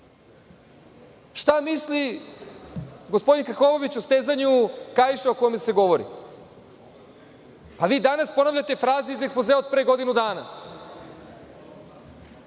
Šta misli gospodin Krkobabić o stezanju kaiša o kome se govori? Vi danas ponavljate fraze iz ekspozea od pre godinu dana.